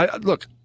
Look